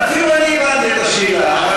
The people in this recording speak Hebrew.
אפילו אני הבנתי את השאלה.